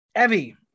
evie